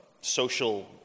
social